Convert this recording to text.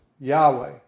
Yahweh